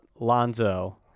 lonzo